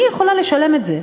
מי יכולה לשלם את זה?